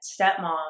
stepmom